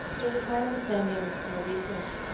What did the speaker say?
it was my understanding in a recent